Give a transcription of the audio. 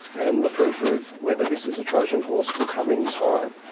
and the proof of whether this is a trojan horse will come in time'.